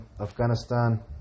Afghanistan